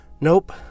Nope